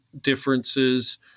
differences